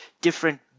different